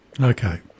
Okay